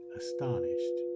astonished